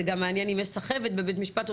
זה מעניין אם יש סחבת בבית המשפט או